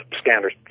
scanners